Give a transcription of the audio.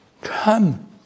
Come